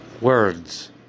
words